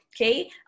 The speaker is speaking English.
Okay